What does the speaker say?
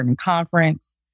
conference